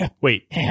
Wait